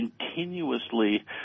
continuously